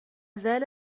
زال